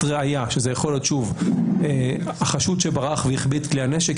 ראיה - שזה יכול להיות חשוד שברח והחביא את כלי הנשק,